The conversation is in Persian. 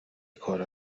کارا